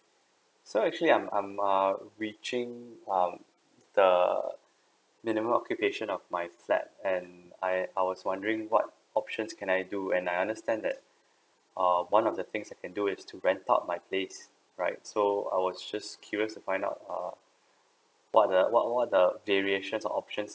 so actually I'm uh reaching um the minimum occupation of my flat and I I was wondering what options can I do and I understand that err one of the things I can do is to rent out my place right so I was just curious to find out uh what the what what the variations or options